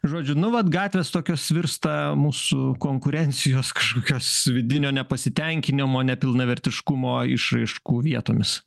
žodžiu nu vat gatvės tokios virsta mūsų konkurencijos kažkokios vidinio nepasitenkinimo nepilnavertiškumo išraiškų vietomis